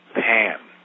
Pan